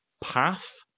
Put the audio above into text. path